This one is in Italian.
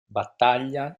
battaglia